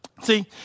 See